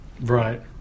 Right